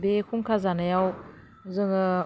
बे हुंखा जानायाव जोङो